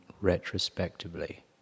retrospectively